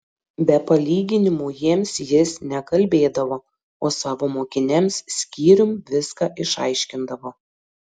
be palyginimų jiems jis nekalbėdavo o savo mokiniams skyrium viską išaiškindavo